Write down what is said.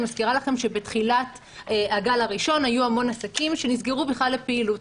אני מזכירה לכם בתחילת הגל הראשון היו המון עסקים שנסגרו בכלל לפעילות.